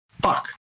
Fuck